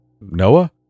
Noah